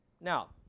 Now